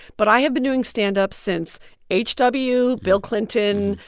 but i have been doing standup since h w, bill clinton,